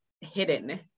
hidden